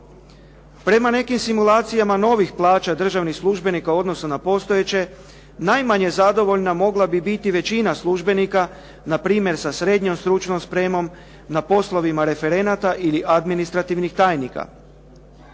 Prema nekim simulacijama novih plaća državnih službenika u odnosu na postojeće najmanje zadovoljna mogla bi biti većina službenika npr. sa srednjom stručnom spremom na poslovima referenata ili administrativnih tajnika.